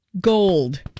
gold